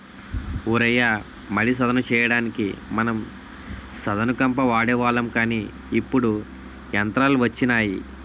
ఓ రయ్య మడి సదును చెయ్యడానికి మనం సదును కంప వాడేవాళ్ళం కానీ ఇప్పుడు యంత్రాలు వచ్చినాయి